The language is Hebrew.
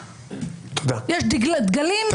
יש דגלים,